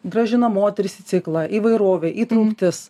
grąžina moteris į ciklą įvairovė įtrauktis